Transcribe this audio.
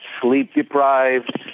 sleep-deprived